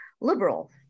liberal